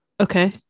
okay